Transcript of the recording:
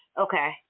Okay